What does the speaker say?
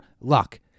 luck